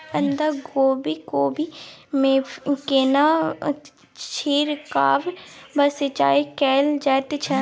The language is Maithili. बंधागोभी कोबी मे केना छिरकाव व सिंचाई कैल जाय छै?